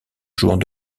jouant